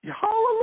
Hallelujah